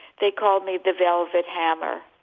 they called me the velvet hammer